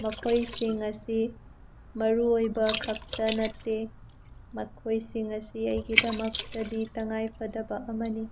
ꯃꯈꯣꯏꯁꯤꯡ ꯑꯁꯤ ꯃꯔꯨ ꯑꯣꯏꯕ ꯈꯛꯇ ꯅꯠꯇꯦ ꯃꯈꯣꯏꯁꯤꯡ ꯑꯁꯤ ꯑꯩꯒꯤꯗꯃꯛꯇꯗꯤ ꯇꯉꯥꯏ ꯐꯗꯕ ꯑꯃꯅꯤ